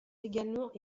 également